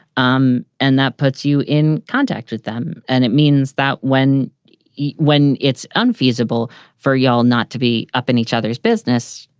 um and that puts you in contact with them. and it means that when you eat, when it's unfeasible for y'all not to be up in each other's business,